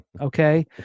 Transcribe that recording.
Okay